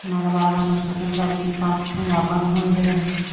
मड़बा बान्है छथिन लड़की पाँच ठिङ्गा बन्हन दै हइ